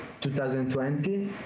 2020